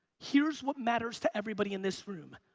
here's what matters to everybody in this room,